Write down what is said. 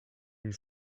une